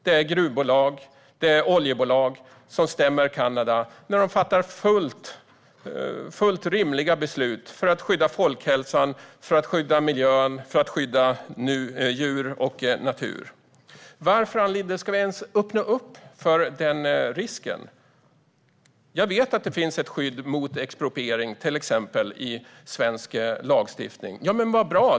Det är gruv och oljebolag som stämmer Kanada när det fattat fullt rimliga beslut för att skydda folkhälsan, miljön liksom djur och natur. Varför ska vi ens öppna upp för den risken, Ann Linde? Jag vet att det finns ett skydd mot expropriering i exempelvis svensk lagstiftning. Men vad bra!